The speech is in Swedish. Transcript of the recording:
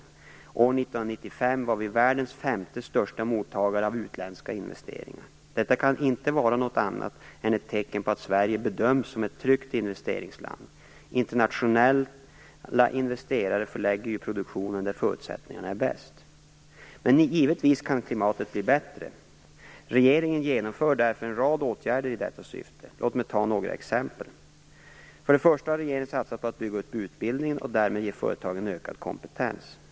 År 1995 var vi världens femte största mottagare av utländska investeringar. Detta kan inte vara något annat än ett tecken på att Sverige bedöms som ett tryggt investeringsland. Internationella investerare förlägger ju produktionen där förutsättningarna är bäst. Men givetvis kan klimatet bli bättre. Regeringen genomför därför en rad åtgärder i detta syfte. Låt mig ge några exempel. För det första har regeringen satsat på att bygga ut utbildningen och därmed ge företagen ökad kompetens.